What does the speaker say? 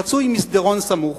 רצוי עם מסדרון סמוך,